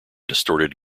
distorted